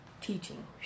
Teaching